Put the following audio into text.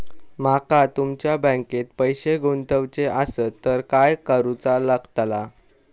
माका तुमच्या बँकेत पैसे गुंतवूचे आसत तर काय कारुचा लगतला?